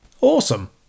Awesome